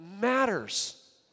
matters